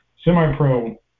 Semi-pro